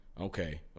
Okay